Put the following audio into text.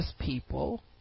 people